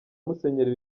musenyeri